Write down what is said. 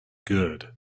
good